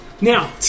Now